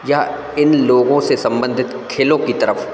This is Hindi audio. या इन लोगों से संबंधित खेलों की तरफ़